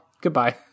goodbye